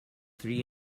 three